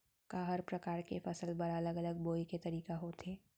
का हर प्रकार के फसल बर अलग अलग बोये के तरीका होथे?